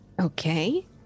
Okay